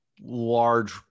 Large